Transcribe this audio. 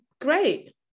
great